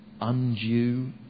undue